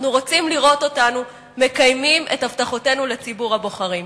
אנחנו רוצים לראות אותנו מקיימים את הבטחותינו לציבור הבוחרים.